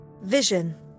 vision